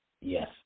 Yes